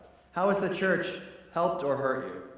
how has the church helped or hurt you?